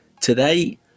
Today